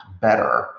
better